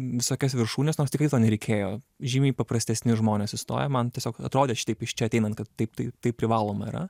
visokias viršūnes nors tikrai to nereikėjo žymiai paprastesni žmonės įstoja man tiesiog atrodė šitaip iš čia ateinant kad taip tai tai privaloma yra